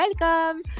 welcome